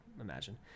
imagine